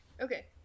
Okay